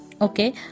Okay